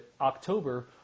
October